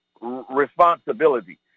responsibility